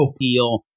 deal